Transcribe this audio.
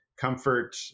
comfort